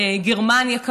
גרמניה,